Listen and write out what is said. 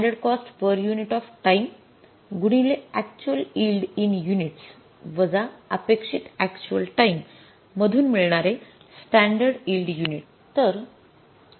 standard cost per unit of time गुणिले actual yield in units वजा अपेक्षित actual time मधून मिळणारे स्टॅंडर्ड यिल्ड युनिट्स